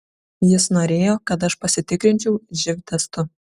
jis norėjo kad aš pasitikrinčiau živ testu